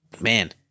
man